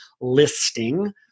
listing